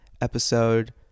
episode